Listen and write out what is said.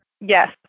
Yes